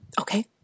Okay